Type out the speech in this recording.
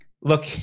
look